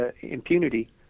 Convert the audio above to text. impunity